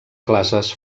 classes